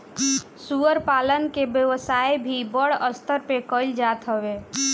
सूअर पालन के व्यवसाय भी बड़ स्तर पे कईल जात हवे